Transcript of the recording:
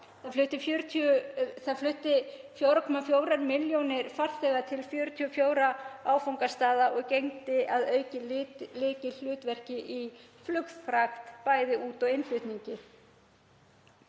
flutti 4,4 milljónir farþega til 44 áfangastaða og gegndi að auki lykilhlutverki í flugfrakt, bæði út- og innflutningi.